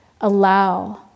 allow